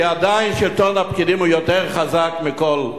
כי עדיין שלטון הפקידים הוא חזק מכול.